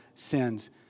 sins